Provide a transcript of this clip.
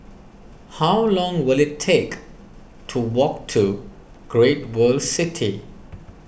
how long will it take to walk to Great World City